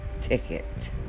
ticket